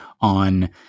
on